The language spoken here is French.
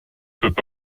cet